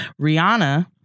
Rihanna